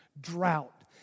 drought